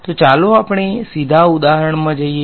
તો ચાલો આપણે સીધા ઉદાહરણમાં જઈએ